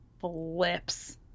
flips